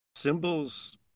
Symbols